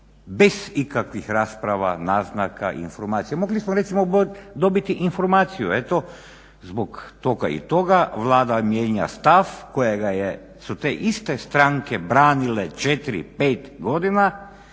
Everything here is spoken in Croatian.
bez ikakvih rasprava, naznaka, informacija. Mogli smo recimo dobiti informaciju eto zbog toga i toga Vlada mijenja stav kojega su te iste stranke branile 4, 5 godina